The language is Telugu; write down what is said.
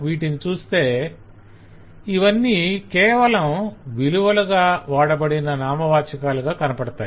వీటిని చూస్తే ఇవాన్నీ కేవలం విలువలుగా వాడబడిన నామవాచకాలుగా కనపడతాయి